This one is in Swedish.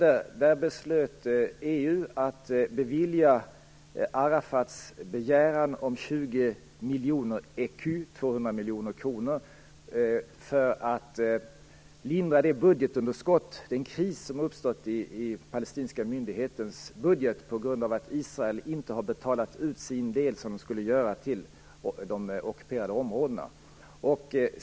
EU beslutade att bevilja Arafats begäran om 20 miljoner ecu - 200 miljoner kronor - för att lindra det budgetunderskott och den kris som har uppstått i den palestinska myndighetens budget på grund av att Israel inte har betalat ut sin del till de ockuperade områdena, som man skulle göra.